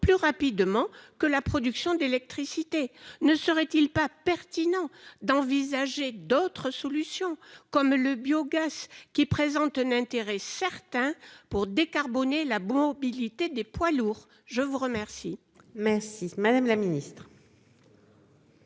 plus rapidement que la production d'électricité ne serait-il pas pertinent d'envisager d'autres solutions comme le biogaz qui présente un intérêt certain pour décarboner la beau mobilité des poids lourds. Je vous remercie. Merci madame la ministre.